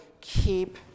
keep